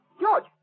George